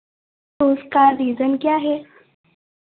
तो उसका रीजन क्या है